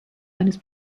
eines